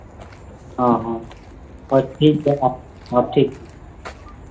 ᱦᱚᱸ ᱦᱚᱸ ᱦᱳᱭ ᱴᱷᱤᱠ ᱜᱮᱭᱟ ᱦᱚᱸ ᱴᱷᱤᱠ